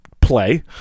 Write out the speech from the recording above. play